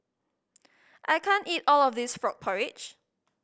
I can't eat all of this frog porridge